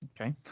Okay